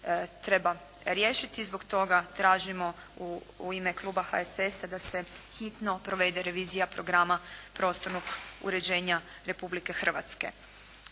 treba riješiti i zbog toga tražimo u ime Kluba HSS-a da se hitno provede revizija programa prostornog uređenja Republike Hrvatske.